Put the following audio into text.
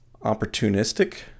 opportunistic